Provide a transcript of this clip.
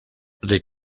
les